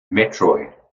metroid